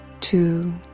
Two